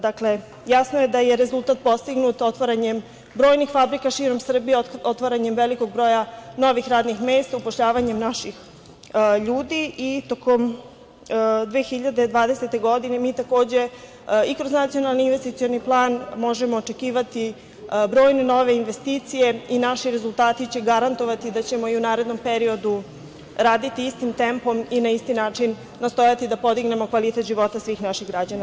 Dakle, jasno je da je rezultat postignut otvaranjem brojnih fabrika širom Srbije, otvaranjem velikog broja novih radnih mesta, upošljavanjem naših ljudi i tokom 2020. godine mi takođe i kroz Nacionalni investicioni plan možemo očekivati brojne nove investicije i naši rezultati će garantovati da ćemo i u narednom periodu raditi istim tempom i na isti načni nastojati da podignemo kvalitet života svih naših građana.